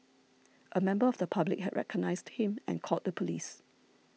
a member of the public had recognised him and called the police